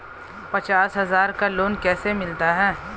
पचास हज़ार का लोन कैसे मिलता है?